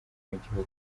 w’igihugu